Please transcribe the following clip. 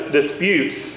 disputes